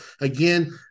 again